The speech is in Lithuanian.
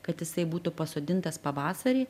kad jisai būtų pasodintas pavasarį